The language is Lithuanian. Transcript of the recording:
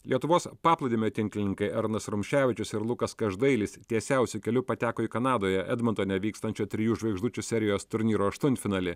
lietuvos paplūdimio tinklininkai arnas rumševičius ir lukas každailis tiesiausiu keliu pateko į kanadoje edmontone vykstančio trijų žvaigždučių serijos turnyro aštuntfinalį